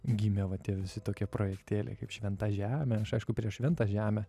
gimė va tie visi tokie projektėliai kaip šventa žemė aš aišku prieš šventą žemę